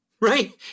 right